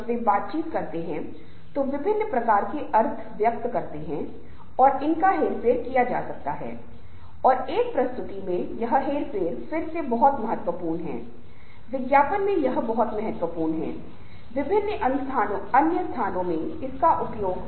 समूह बाहरी वातावरण से जानकारी के प्रकाश में अपने लक्ष्य के विकास को फिर से परिभाषित कर सकता है और उन लक्ष्यों को आगे बढ़ाने के लिए एक स्वायत्त इच्छा शक्ति दिखाएगाइस स्तर पर समूह की दीर्घकालिक व्यवहार्यता स्थापित और पोषित है